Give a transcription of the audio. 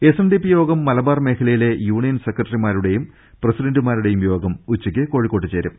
SNDP യോഗം മലബാർ മേഖലയിലെ union സെക്രട്ടറുമാരുടെയും പ്രസിഡന്റുമാരുടെയും യോഗം ഉച്ചക്ക് കോഴിക്കോട്ട് ചേരും